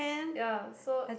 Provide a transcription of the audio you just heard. ya so